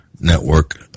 network